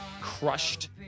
crushed